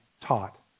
taught